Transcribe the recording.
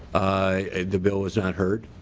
the bill was not heard.